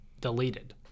deleted